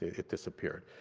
it disappeared.